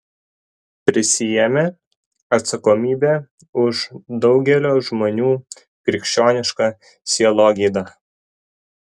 prisiėmė atsakomybę už daugelio žmonių krikščionišką sielogydą